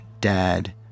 dad